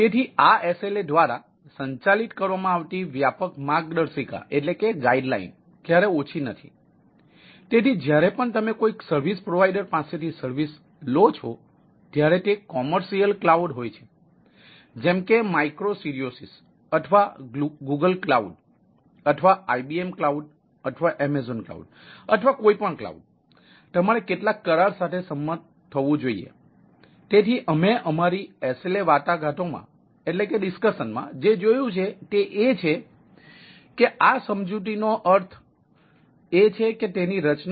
તેથી આ SLA દ્વારા સંચાલિત કરવામાં આવતી વ્યાપક માર્ગદર્શિકા શું હશે